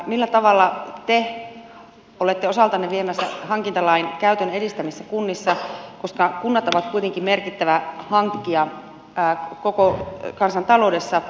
millä tavalla te olette osaltanne viemässä hankintalain käytön edistämistä kunnissa koska kunnat ovat kuitenkin merkittävä hankkija koko kansantaloudessa